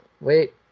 wait